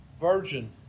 virgin